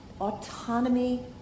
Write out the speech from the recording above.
autonomy